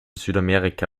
südamerika